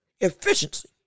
efficiency